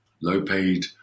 low-paid